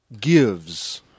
gives